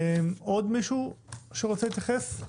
האם עוד מישהו רוצה להתייחס?